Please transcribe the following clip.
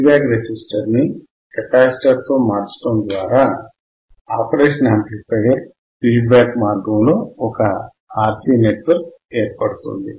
feed back resistor ని కెపాసిటర్తో మార్చటం ద్వారా ఆపరేషనల్ యాంప్లిఫైయర్ ఫీడ్ బ్యాక్ మార్గములో లో ఒక RC నెట్వర్క్ ఏర్పడుతుంది